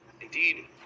Indeed